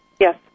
Yes